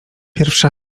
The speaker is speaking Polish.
pierwsza